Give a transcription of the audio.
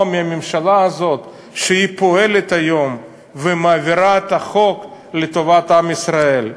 מהממשלה הזאת שהיא פועלת היום ומעבירה את החוק לטובת עם ישראל.